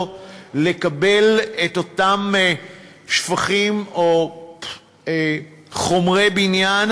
לקבל את אותם שפכים או חומרי בניין,